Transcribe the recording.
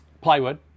plywood